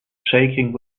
shaking